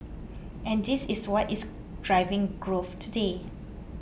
and this is what is driving growth today